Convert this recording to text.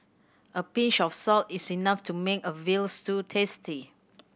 a pinch of salt is enough to make a veal stew tasty